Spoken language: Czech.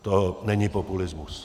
To není populismus.